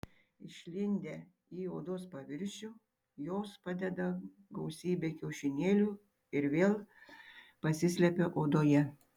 išlindę į odos paviršių jos padeda gausybę kiaušinėlių ir vėl pasislepia odoje